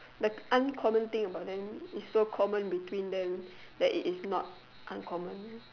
the uncommon thing about them is so common between them that it is not uncommon